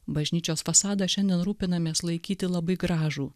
bažnyčios fasadą šiandien rūpinamės laikyti labai gražų